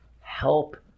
Help